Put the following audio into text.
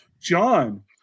John